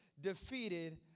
defeated